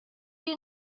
you